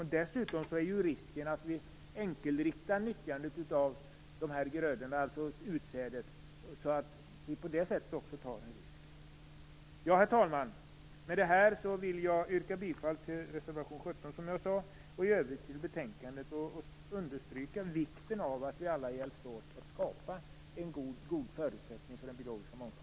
För det andra finns en risk att vi enkelriktar nyttjandet av utsädet. Herr talman! Med detta vill jag yrka bifall till reservation 17 och i övrigt till utskottets hemställan. Jag vill understryka vikten av att vi alla hjälps åt att skapa goda förutsättningar för biologisk mångfald.